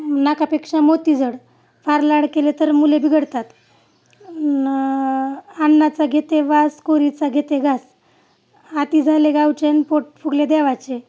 नाकापेक्षा मोती जड फार लाड केले तर मुले बिघडतात अन्नाचा घेते वास कोरीचा घेते घास हाती झाले गावचेन पोट फुगले देवाचे